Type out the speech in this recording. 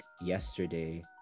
yesterday